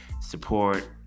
support